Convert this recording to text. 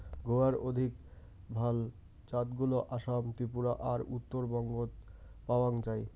গুয়ার অধিক ভাল জাতগুলা আসাম, ত্রিপুরা আর উত্তরবঙ্গত পাওয়াং যাই